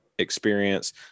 experience